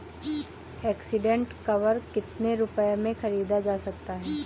Accident cover कितने रुपए में खरीदा जा सकता है?